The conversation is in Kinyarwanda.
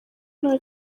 nta